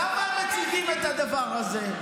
למה מציגים את הדבר הזה?